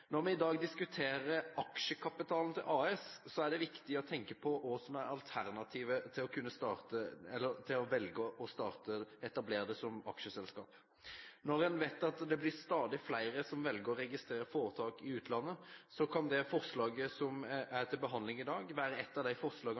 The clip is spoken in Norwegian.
Når vi i dag diskuterer aksjekapitalen til aksjeselskap, er det viktig å tenke på hva som er alternativet til å etablere et aksjeselskap. Når en vet at det blir stadig flere som velger å registrere foretak i utlandet, kan det forslaget som er til behandling i dag, være et av de forslagene